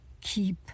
keep